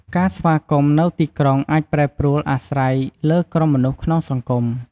ការស្វាគមន៍ នៅទីក្រុងអាចប្រែប្រួលអាស្រ័យលើក្រុមមនុស្សក្នុងសង្គម។